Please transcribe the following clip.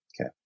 okay